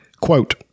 Quote